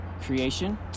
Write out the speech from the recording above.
creation